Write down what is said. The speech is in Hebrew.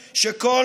שעה-שעה.